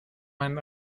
mein